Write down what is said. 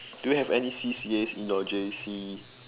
do you have any C_C_As in your J_C